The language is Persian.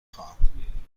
خواهم